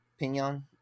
Pignon